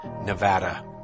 Nevada